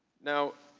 now,